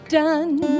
done